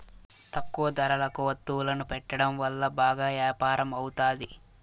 తక్కువ ధరలకు వత్తువులను పెట్టడం వల్ల బాగా యాపారం అవుతాది